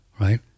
right